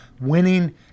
winning